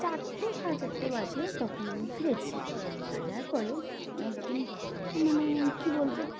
চারটে সাড়ে চারটে বাজে তখন আমি ফিরেছি ফেরার পরে একদিন মানে কী বলবো